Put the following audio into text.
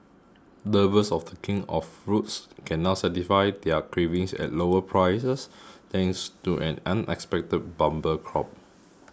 lovers of the king of fruits can now satisfy their cravings at lower prices thanks to an unexpected bumper crop